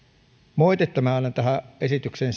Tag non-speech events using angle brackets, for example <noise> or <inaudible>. moitetta minä annan tähän esitykseen <unintelligible>